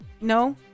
no